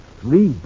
Three